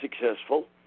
successful